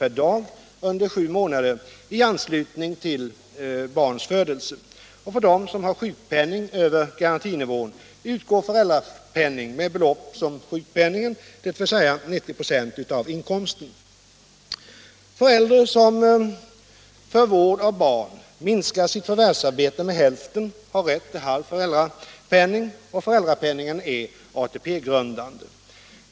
per dag under sju månader i anslutning till barns födelse. För dem som har sjukpenning över garantinivån utgår föräldrapenningen med samma belopp som sjukpenningen, dvs. med 90 926 av inkomsten. Förälder som för vård av barn minskar sitt förvärvsarbete med hälften har rätt till halv föräldrapenning. Föräldrapenningen är ATP-grundande.